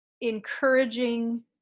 encouraging